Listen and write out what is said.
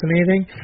fascinating